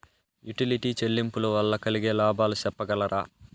Utility చెల్లింపులు వల్ల కలిగే లాభాలు సెప్పగలరా?